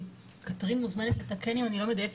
קתרין מוזמנת לתקן אם אני לא מדייקת,